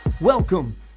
Welcome